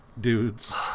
dudes